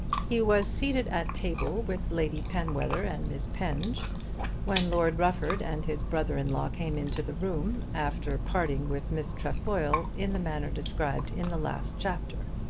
he was seated at table with lady penwether and miss penge when lord rufford and his brother-in-law came into the room, after parting with miss trefoil in the manner described in the last chapter.